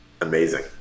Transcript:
amazing